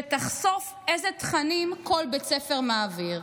שתחשוף איזה תכנים כל בית ספר מעביר.